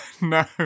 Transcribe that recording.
No